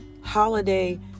holiday